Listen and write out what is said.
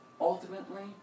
Ultimately